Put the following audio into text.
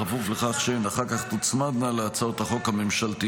בכפוף לכך שהן אחר כך תוצמדנה להצעת החוק הממשלתיות.